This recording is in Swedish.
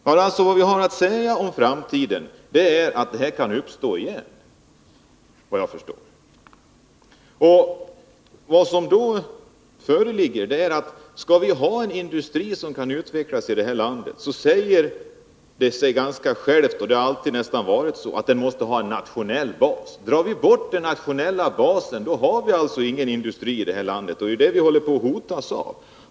Vad jag har att säga om framtiden är att den här situationen kan uppstå igen, efter vad jag förstår. Skall vi ha en industri som kan utvecklas i det här landet, säger det sig väl självt — det har nästan alltid varit så — att den måste ha en nationell bas. Drar vi undan den nationella basen får vi alltså ingen industri kvar i det här landet, och det är vad vi f. n. hotas av.